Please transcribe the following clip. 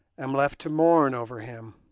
am left to mourn over him,